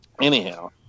Anyhow